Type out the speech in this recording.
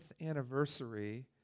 anniversary